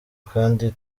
kandi